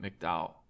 McDowell